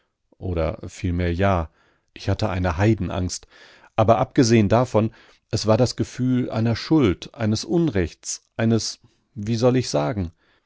oder vielmehr ja ich hatte eine heidenangst aber abgesehen davon es war das gefühl einer schuld eines unrechts eines wie soll ich sagen